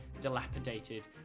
dilapidated